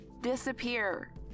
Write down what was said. disappear